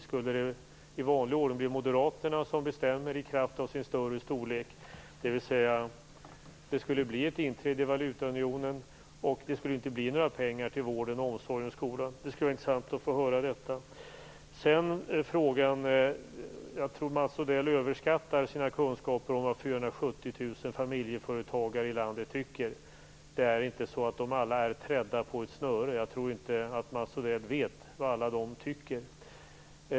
Skulle det i vanlig ordning bli Moderaterna som bestämmer i kraft av sin storlek? I så fall skulle det alltså bli ett inträde i valutaunionen och inga pengar till vården, omsorgen och skolan. Det skulle vara intressant att få höra något om detta. Sedan tror jag att Mats Odell överskattar sina kunskaper om vad 470 000 familjeföretagare i landet tycker. Det är inte så att de alla är trädda på ett snöre. Jag tror inte att Mats Odell vet vad de alla tycker.